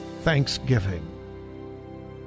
Thanksgiving